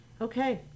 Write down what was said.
okay